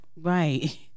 Right